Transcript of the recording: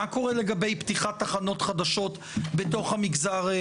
מה קורה לגבי פתיחת תחנות חדשות בתוך המגזר?